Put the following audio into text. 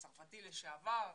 כצרפתים לשעבר,